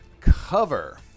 Cover